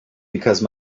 because